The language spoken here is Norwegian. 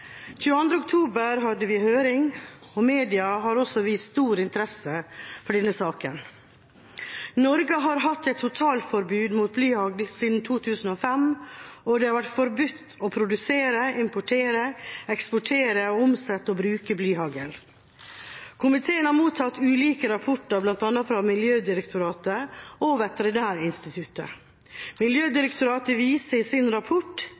oktober hadde vi høring, og media har også vist stor interesse for denne saken. Norge har hatt et totalforbud mot blyhagl siden 2005. Det har vært forbudt å produsere, importere, eksportere, omsette og bruke blyhagl. Komiteen har mottatt ulike rapporter, bl.a. fra Miljødirektoratet og Veterinærinstituttet. Miljødirektoratet viser i sin rapport